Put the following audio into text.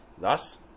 Thus